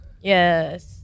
Yes